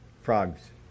frogs